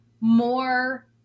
more